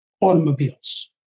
automobiles